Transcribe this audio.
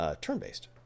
Turn-based